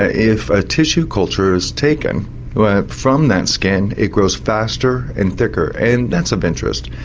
ah if a tissue culture is taken from that skin it grows faster and thicker, and that's of interest.